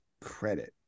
credit